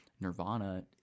nirvana